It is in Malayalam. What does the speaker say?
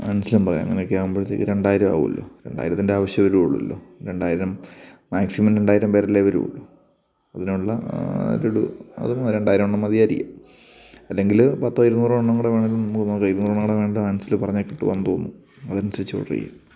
ആൻസിലും പറയാം അങ്ങനെയൊക്കേ ആകുമ്പോഴത്തേക്കും രണ്ടായിരാവുമല്ലോ രണ്ടായിരത്തിൻ്റെ ആവശ്യമേ വരുവുള്ളല്ലോ രണ്ടായിരം മാക്സിമം രണ്ടായിരം പേരല്ലേ വരുവുള്ളു അതിനുള്ള ലഡു അതും രണ്ടായിരം എണ്ണം മതിയായിരിക്കും അല്ലെങ്കില് പത്തോ ഇരുന്നൂറോ എണ്ണം കൂടെ വേണമെങ്കിലും നമുക്ക് നോക്കാം ഇരുന്നൂറ് എണ്ണം വേണമെങ്കിലും ആൻസില് പറഞ്ഞാല് കിട്ടുമെന്ന് തോന്നുന്നു അതനുസരിച്ച് ഓർഡറെയ്യാം